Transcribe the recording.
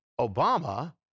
Obama